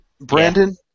Brandon